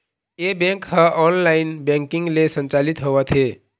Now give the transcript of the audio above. ए bank ह online banking ले संचालित होवत हे